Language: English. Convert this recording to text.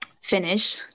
finish